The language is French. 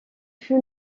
fut